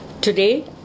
Today